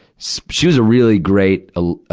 so she was a really great, ah,